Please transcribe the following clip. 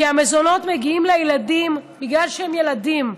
כי המזונות מגיעים לילדים בגלל שהם ילדים,